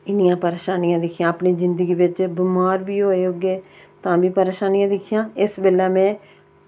इन्नियां परेशानियां दिक्खियां अपनी जिंदगी बिच बमार बी होए होगे ते तां बी परेशानियां दिक्खियां ते इस बेल्लै में